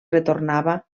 retornava